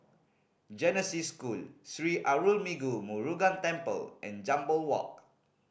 Genesis School Sri Arulmigu Murugan Temple and Jambol Walk